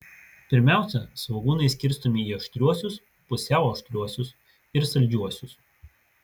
pirmiausia svogūnai skirstomi į aštriuosius pusiau aštriuosius ir saldžiuosius